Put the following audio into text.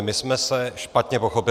My jsme se špatně pochopili.